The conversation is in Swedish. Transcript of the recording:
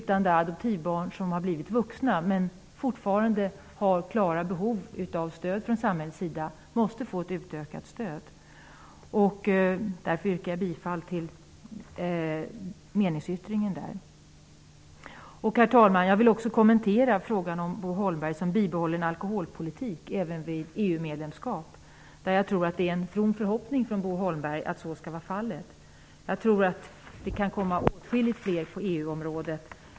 Det finns adoptivbarn som blivit vuxna men som fortfarande har klara behov av stöd från samhällets sida, och de måste få ett utökat stöd. Därför yrkar jag bifall till meningsyttringen i denna del. Herr talman! Jag vill också kommentera frågan om bibehållen alkoholpolitik även vid EU medlemskap, som Bo Holmberg berörde. Jag tror att det är en from förhoppning från Bo Holmberg att så skall vara fallet. Jag tror att det kan komma åtskilligt mer på EU-området.